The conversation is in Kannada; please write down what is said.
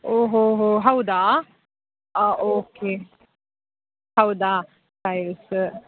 ಓಹೋಹೋ ಹೌದಾ ಹಾಂ ಓಕೆ ಹೌದಾ ಟೈಲ್ಸ